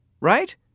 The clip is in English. Right